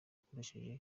akoresha